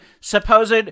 supposed